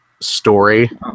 story